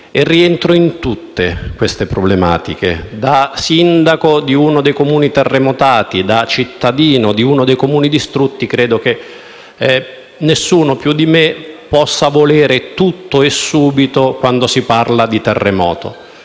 e rientro in ciascuna di esse. Da sindaco di uno dei Comuni terremotati e da cittadino di uno dei Comuni distrutti credo che nessuno più di me possa volere tutto e subito, quando si parla di terremoto.